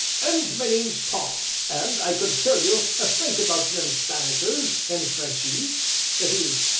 and my name's tom, and i could tell you a sight about them spanishers, and frenchies that is,